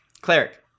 Cleric